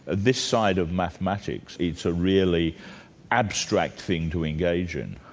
this side of mathematics, it's a really abstract thing to engage in.